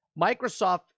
Microsoft